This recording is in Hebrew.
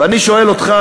ואני שואל אותך,